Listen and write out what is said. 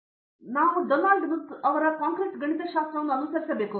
ಕಾಮಕೋಟಿ ಮತ್ತು ನಾವು Donald Knuth ರಿಂದ ಕಾಂಕ್ರೀಟ್ ಗಣಿತಶಾಸ್ತ್ರ ಇದನ್ನು ಅನುಸರಿಸಬೇಕು